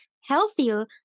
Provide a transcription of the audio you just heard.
healthier